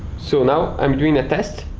so now i'm doing a test.